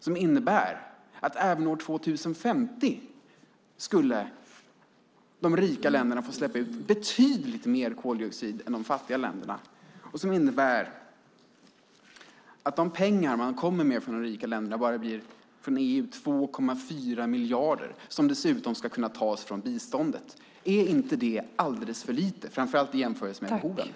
Det innebär att även år 2050 skulle de rika länderna få släppa ut betydligt mer koldioxid än de fattiga länderna. Och det innebär att de pengar man kommer med från de rika länderna bara blir, från EU, 2,4 miljarder. Det ska dessutom kunna tas från biståndet. Är inte det alldeles för lite, framför allt i jämförelse med behoven?